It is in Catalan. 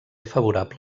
favorable